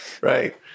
Right